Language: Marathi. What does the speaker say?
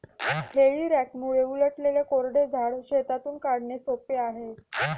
हेई रॅकमुळे उलटलेले कोरडे झाड शेतातून काढणे सोपे आहे